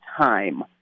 time